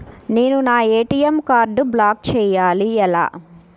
నేను నా ఏ.టీ.ఎం కార్డ్ను బ్లాక్ చేయాలి ఎలా?